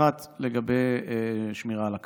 אחת, לגבי שמירה על הקרקע.